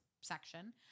section